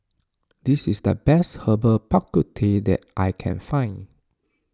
this is the best Herbal Bak Ku Teh that I can find